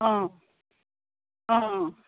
অঁ অঁ